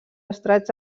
estrats